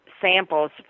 samples